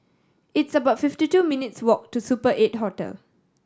it's about fifty two minutes' walk to Super Eight Hotel